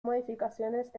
modificaciones